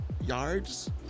yards